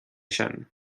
sin